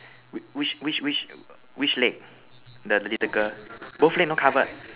which which which leg the little girl both leg not covered